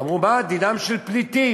אמרו: מה דינם של פליטים?